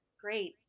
Great